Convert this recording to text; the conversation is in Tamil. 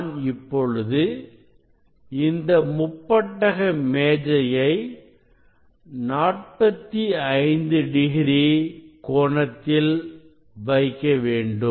நான் இப்பொழுது இந்த முப்பட்டக மேஜையை 45 டிகிரி கோணத்தில் வைக்க வேண்டும்